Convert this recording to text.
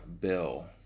bill